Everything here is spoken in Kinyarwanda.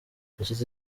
hashize